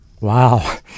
Wow